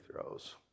throws